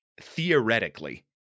theoretically